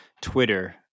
Twitter